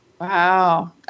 Wow